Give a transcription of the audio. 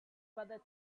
whether